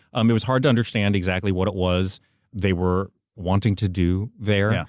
um it was hard to understand exactly what it was they were wanting to do there.